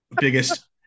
biggest